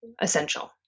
essential